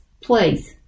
Please